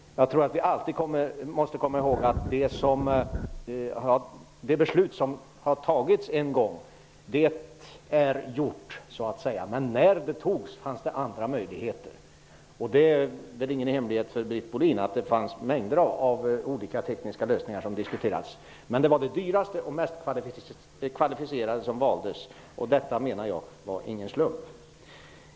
Vi måste alltid komma ihåg att det beslut som en gång har fattats redan är fattat. Men när beslutet fattades fanns det andra möjligheter. Det är väl ingen hemlighet för Britt Bohlin att mängder av olika tekniska lösningar diskuterades. Men det var den dyraste och mest kvalificerade lösningen som valdes. Jag menar att detta inte var en slump.